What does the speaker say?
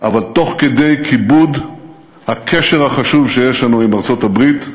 אבל תוך כדי כיבוד הקשר החשוב שיש לנו עם ארצות-הברית,